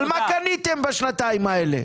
אבל מה קניתם בשנתיים האלה?